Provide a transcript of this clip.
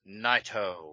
Naito